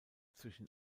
zwischen